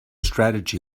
strategy